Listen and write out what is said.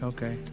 Okay